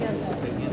סעיפים 1 2 נתקבלו.